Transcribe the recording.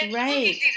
right